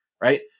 right